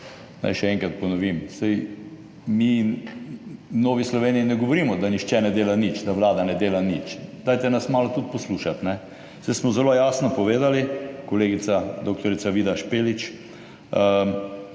še enkrat ponovim. Saj mi v Novi Sloveniji ne govorimo, da nihče ne dela nič, da Vlada ne dela nič. Dajte nas malo tudi poslušati, saj smo zelo jasno povedali, kolegica dr. Vida Špelič.